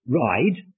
ride